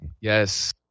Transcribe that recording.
Yes